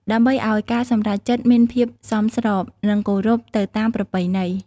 ដើម្បីឱ្យការសម្រេចចិត្តមានភាពសមស្រប និងគោរពទៅតាមប្រពៃណី។